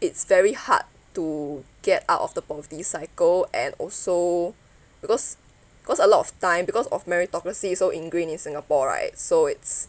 it's very hard to get out of the poverty cycle and also because because a lot of time because of meritocracy is so ingrained in singapore right so it's